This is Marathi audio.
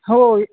हो